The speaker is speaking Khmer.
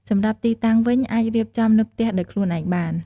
សម្រាប់ទីតាំងវិញអាចរៀបចំនៅផ្ទះដោយខ្លួនឯងបាន។